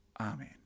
Amen